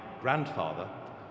grandfather